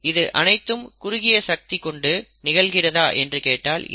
இது அனைத்தும் குறுகிய சக்தி கொண்டு நிகழ்கிறதா என்று கேட்டால் இல்லை